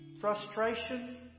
frustration